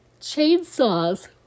chainsaws